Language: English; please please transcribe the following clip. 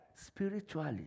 Spiritually